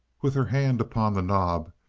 with her hand upon the knob,